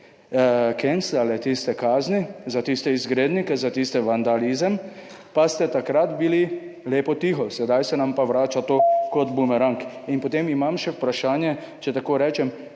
kolegice ukinile kazni za tiste izgrednike, za tisti vandalizem, pa ste takrat bili lepo tiho, sedaj se nam pa vrača to kot bumerang. In potem imam še vprašanje. Zanima